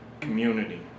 community